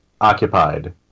Occupied